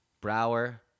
Brower